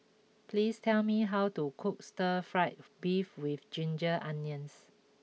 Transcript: please tell me how to cook Stir Fry Beef with Ginger Onions